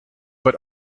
but